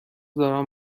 دارم